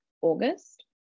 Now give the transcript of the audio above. August